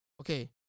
Okay